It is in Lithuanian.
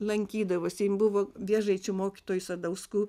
lankydavosi jin buvo vėžaičių mokytojų sadauskų